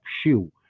Shoe